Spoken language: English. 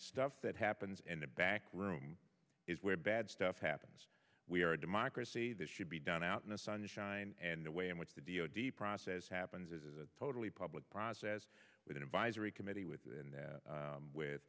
stuff that happens and the back room is where bad stuff happens we are a democracy that should be done out in the sunshine and the way in which the d o d process happens is a totally public process with an advisory committee with and with